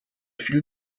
viel